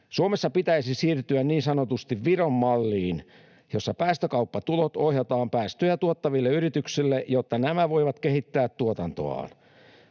Suomessa pitäisi siirtyä niin sanotusti Viron malliin, jossa päästökauppatulot ohjataan päästöjä tuottaville yrityksille, jotta nämä voivat kehittää tuotantoaan.